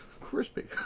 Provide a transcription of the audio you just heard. Crispy